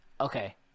Okay